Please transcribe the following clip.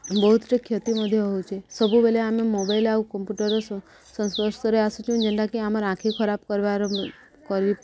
ବହୁତଟେ କ୍ଷତି ମଧ୍ୟ ହେଉଛି ସବୁବେଲେ ଆମେ ମୋବାଇଲ୍ ଆଉ କମ୍ପ୍ୟୁଟର ସଂସ୍ପର୍ଶରେ ଆସୁଛୁଁ ଯେନ୍ଟାକି ଆମର ଆଖି ଖରାପ କରିବାର କରି